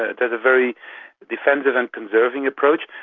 it has a very defensive and conserving approach.